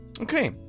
Okay